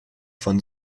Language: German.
von